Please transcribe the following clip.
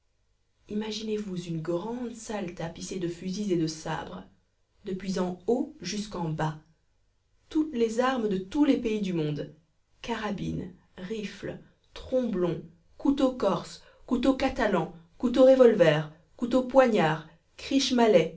imaginez-vous une grande salle tapissée de fusils et de sabres depuis en haut jusqu'en bas toutes les armes de tous les pays du monde carabines rifles tromblons couteaux corses couteaux catalans